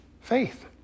faith